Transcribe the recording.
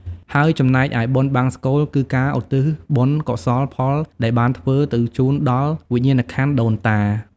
ហើយចំំណែកឯបុណ្យបង្សុកូល គឺការឧទ្ទិសបុណ្យកុសលផលដែលបានធ្វើ ទៅជូនដល់វិញ្ញាណក្ខន្ធដូនតា ។